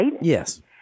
Yes